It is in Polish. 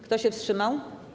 Kto się wstrzymał?